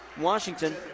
Washington